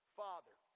father